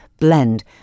blend